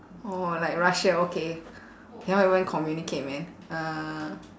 orh like russia okay cannot even communicate man uh